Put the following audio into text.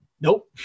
Nope